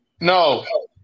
No